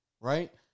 Right